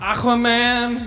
Aquaman